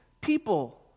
people